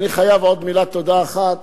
אני חייב עוד מילת תודה אחת